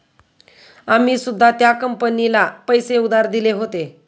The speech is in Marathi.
आम्ही सुद्धा त्या कंपनीला पैसे उधार दिले होते